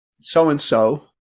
so-and-so